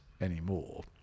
anymore